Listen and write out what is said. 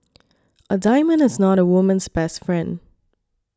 a diamond is not a woman's best friend